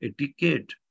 etiquette